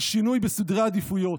על שינוי בסדרי העדיפויות,